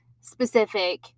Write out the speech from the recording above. specific